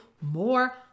more